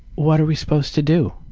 what are we supposed to do?